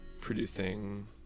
producing